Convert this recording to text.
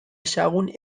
ezagun